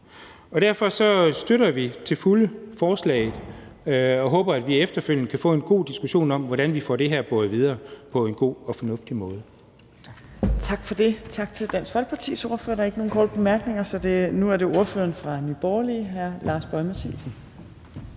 Derfor støtter vi til fulde forslaget og håber, at vi efterfølgende kan få en god diskussion om, hvordan vi får det her bragt videre på en god og fornuftig måde.